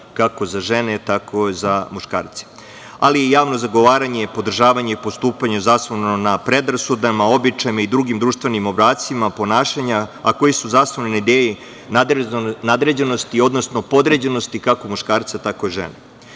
kako za žene, tako i za muškarce, ali i javno zagovaranje i podržavanje i postupanje zasnovano na predrasudama, običajima i drugim društvenim obrascima ponašanja, a koji su zasnovani na ideji nadređenosti, odnosno podređenosti kako muškarca, tako i žene